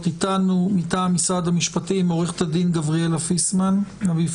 אתנו: מטעם משרד המשפטים עו"ד גבי פיסמן,